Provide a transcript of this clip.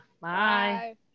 Bye